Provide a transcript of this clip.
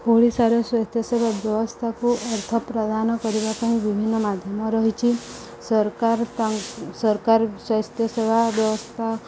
ଓଡ଼ିଶାର ସ୍ୱାସ୍ଥ୍ୟ ସେବା ବ୍ୟବସ୍ଥାକୁ ଅର୍ଥ ପ୍ରଦାନ କରିବା ପାଇଁ ବିଭିନ୍ନ ମାଧ୍ୟମ ରହିଛି ସରକାର ସରକାର ସ୍ୱାସ୍ଥ୍ୟ ସେବା ବ୍ୟବସ୍ଥା